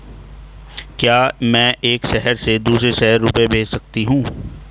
क्या मैं एक शहर से दूसरे शहर रुपये भेज सकती हूँ?